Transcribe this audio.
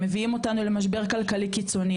מביאים אותנו למשבר כלכלי קיצוני,